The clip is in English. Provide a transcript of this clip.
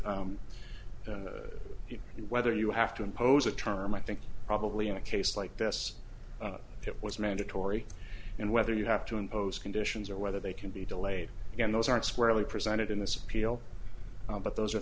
whether you have to impose a term i think probably in a case like this it was mandatory and whether you have to impose conditions or whether they can be delayed again those aren't squarely presented in this appeal but those are